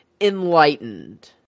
enlightened